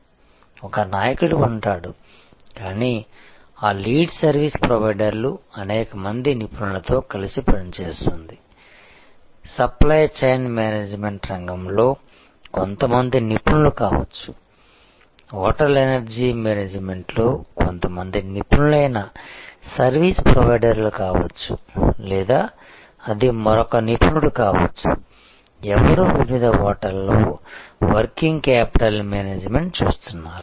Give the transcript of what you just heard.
కాబట్టి ఒక నాయకుడు ఉంటాడు కానీ ఆ లీడ్ సర్వీస్ ప్రొవైడర్ అనేకమంది నిపుణులతో కలిసి పనిచేస్తుంది సప్లై చైన్ మేనేజ్మెంట్ రంగంలో కొంతమంది నిపుణులు కావచ్చు హోటల్ ఎనర్జీ మేనేజ్మెంట్లో కొంతమంది నిపుణులైన సర్వీస్ ప్రొవైడర్లు కావచ్చు లేదా అది మరొక నిపుణుడు కావచ్చు ఎవరు వివిధ హోటళ్లలో వర్కింగ్ క్యాపిటల్ మేనేజ్మెంట్ చూస్తున్నారు